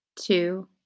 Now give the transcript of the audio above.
two